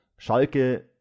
schalke